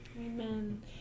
Amen